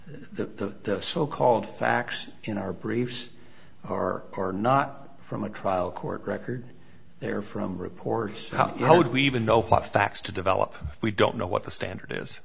the so called facts in our briefs or are not from a trial court record they're from reports how would we even know what facts to develop we don't know what the standard is